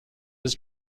was